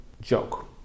joke